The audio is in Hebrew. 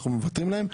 אנחנו מוותרים להם.